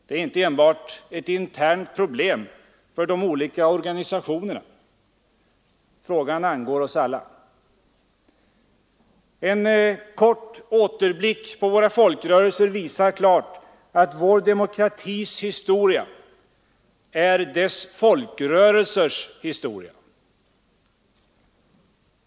Det är inte enbart ett internt problem för de olika organisationerna, frågan angår oss alla. En kort återblick på våra folkrörelser visar klart att vår demokratis historia är dess folkrörelsers historia.